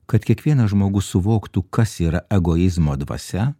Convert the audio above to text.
kad kiekvienas žmogus suvoktų kas yra egoizmo dvasia